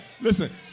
Listen